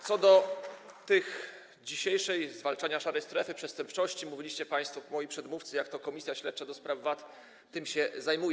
Co do dzisiejszego zwalczania szarej strefy, przestępczości, mówiliście państwo, moi przedmówcy, jak to komisja śledcza do spraw VAT tym się zajmuje.